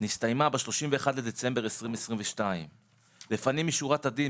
נסתיימה ב- 31.12.2022. לפנים משורת הדין,